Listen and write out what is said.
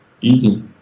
Easy